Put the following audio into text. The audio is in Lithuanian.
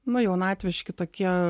na jaunatviški tokie